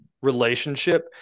relationship